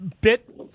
bit